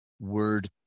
word